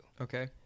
Okay